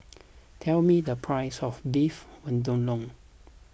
tell me the price of Beef Vindaloo